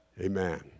Amen